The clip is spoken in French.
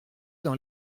dans